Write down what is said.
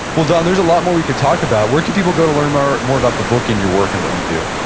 well don, there's a lot more we could talk about. where can people go to learn more more about the book and your work and what you do?